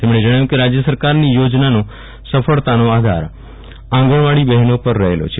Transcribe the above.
તેમણે જણાવ્યું કે રાજ્ય સરકારની યોજનાનો સફળતાનો આધાર આંગણવાડી બહેનો પર રહેલો છે